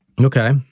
Okay